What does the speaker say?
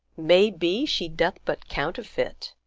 may be she doth but counterfeit.